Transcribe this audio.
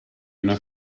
una